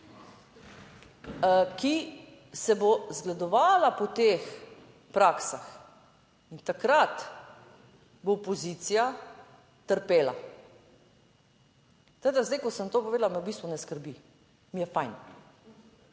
ki se bo zgledovala po teh praksah in takrat bo opozicija trpela. Tako da zdaj, ko sem to povedala, me v bistvu ne skrbi. Mi je fajn.